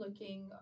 looking